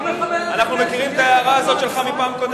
אנחנו מכירים את ההערה הזאת שלך מפעם קודמת.